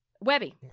Webby